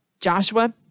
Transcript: Joshua